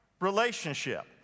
relationship